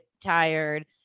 tired